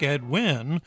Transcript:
Edwin